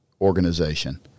organization